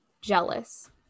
jealous